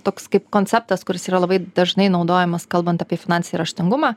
toks kaip konceptas kuris yra labai dažnai naudojamas kalbant apie finansinį raštingumą